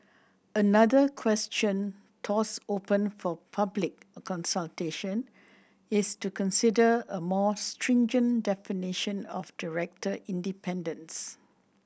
another question tossed open for public consultation is to consider a more stringent definition of director independence